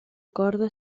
corda